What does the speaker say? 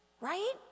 right